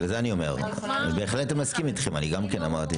אני בהחלט מסכים איתכם, גם אני אמרתי.